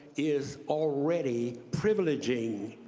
is already privilegeing,